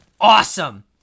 awesome